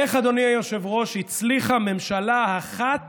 איך, אדוני היושב-ראש, הצליחה ממשלה אחת